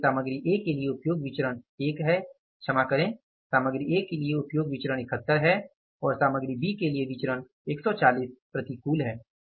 इसलिए सामग्री A के लिए उपयोग विचरण एक है क्षमा करे सामग्री A के लिए उपयोग विचरण 71 है और सामग्री बी के लिए विचरण 140 प्रतिकूल है